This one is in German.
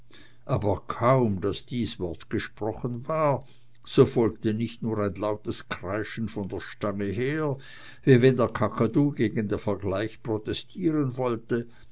aber kaum daß dies wort gesprochen war so folgte nicht nur ein lautes kreischen von der stange her wie wenn der kakadu gegen den vergleich protestieren wolle